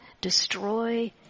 destroy